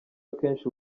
akenshi